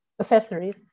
accessories